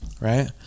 right